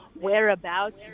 Whereabouts